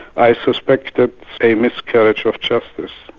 i suspected a miscarriage of justice.